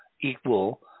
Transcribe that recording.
equal